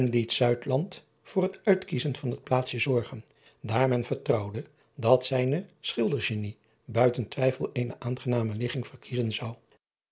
voor het uitkiezen van het plaatsje zorgen daar men vertrouwde dat zijne schildergenie buiten twijfel eene aangename ligging verkiezen zou